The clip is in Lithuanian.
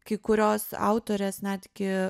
kai kurios autorės netgi